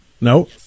No